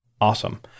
Awesome